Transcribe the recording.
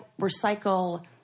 recycle